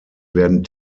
werden